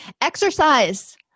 Exercise